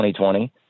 2020